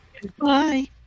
Goodbye